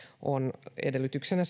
on edellytyksenä